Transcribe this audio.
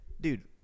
Dude